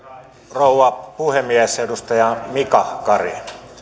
rouva puhemies edustaja mika kari